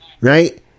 right